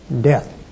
Death